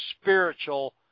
spiritual